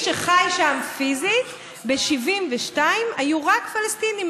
מי שחי שם פיזית ב-1972 היו רק פלסטינים,